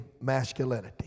masculinity